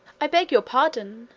i beg your pardon,